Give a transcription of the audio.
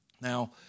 Now